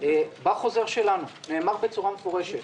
בחוזר שלנו נאמר בצורה מפורשת